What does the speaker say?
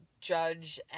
judge